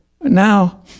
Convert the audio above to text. now